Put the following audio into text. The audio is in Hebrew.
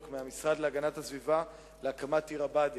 מהמשרד להגנת הסביבה להקמת עיר הבה"דים.